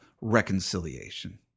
reconciliation